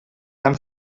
tan